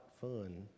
fun